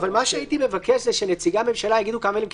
מה שהייתי מבקש זה שנציגי הממשלה יגידו כמה מילים,